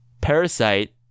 *Parasite*